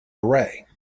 array